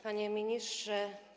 Panie Ministrze!